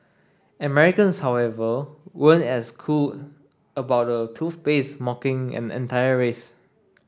Americans however weren't as cool about a toothpaste mocking an entire race